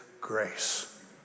grace